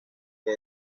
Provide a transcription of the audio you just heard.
que